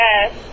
yes